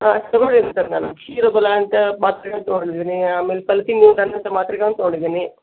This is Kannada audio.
ಹಾಂ ಅದು ತೊಗೊಂಡಿದೀನಿ ಸರ್ ನಾನು ಕ್ಷೀರಬಲ ಅಂತ ಮಾತ್ರೆಗಳನ್ನು ತಗೊಂಡಿದ್ದೀನಿ ಆಮೇಲೆ ಮಾತ್ರೆಗಳನ್ನು ತಗೊಂಡಿದೀನಿ